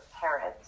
parents